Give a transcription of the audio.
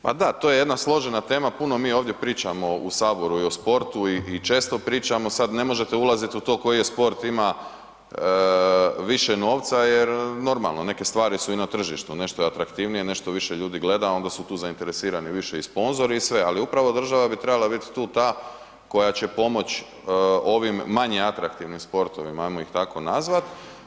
Pa da to je jedna složena tema, puno mi ovdje pričamo i o sportu i često pričamo, sada ne možete ulaziti u to koji sport ima više novca jer normalno neke stvari su i na tržištu, nešto je atraktivnije, nešto više ljudi gleda, a onda su tu više zainteresirani i sponzori i sve, ali upravo bi država trebala biti tu ta koja će pomoć ovim manje atraktivnim sportovima, ajmo ih tako nazvat.